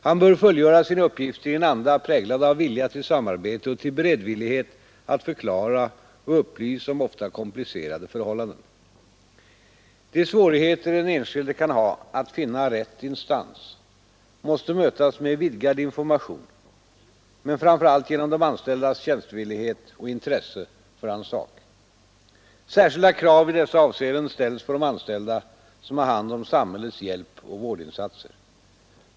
Han bör fullgöra sina uppgifter i en anda präglad av vilja till samarbete och till beredvillighet att förklara och upplysa om ofta komplicerade förhållanden. De svårigheter den enskilde kan ha att finna ”rätt instans” måste mötas med vidgad information men framför allt genom de anställdas tjänstvillighet och intresse för hans sak. Särskilda krav i dessa avseenden ställs på de anställda som har hand om samhällets hjälpoch vårdinsatser.